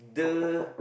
the